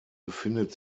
befindet